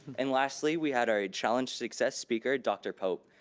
and lastly, we had our challenge success speaker, dr. pope.